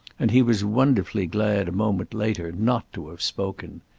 and he was wonderfully glad a moment later not to have spoken.